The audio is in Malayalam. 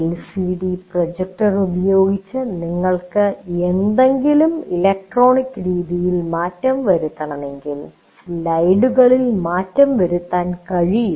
എൽസിഡി പ്രൊജക്ടർ ഉപയോഗിച്ച് നിങ്ങൾക്ക് എന്തെങ്കിലും ഇലക്ട്രോണിക് രീതിയിൽ മാറ്റം വരുത്തണമെങ്കിൽ സ്ലൈഡുകളിൽ മാറ്റം വരുത്താൻ കഴിയും